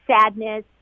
sadness